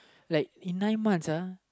like in nine months uh